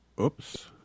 oops